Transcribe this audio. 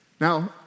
Now